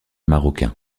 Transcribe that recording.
marocain